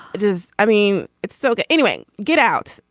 it is. i mean it's so good anyway. get out.